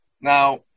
Now